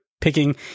picking